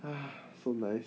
ha so nice